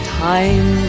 time